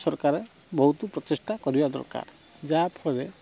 ସରକାର ବହୁତ ପ୍ରଚେଷ୍ଟା କରିବା ଦରକାର ଯାହାଫଳରେ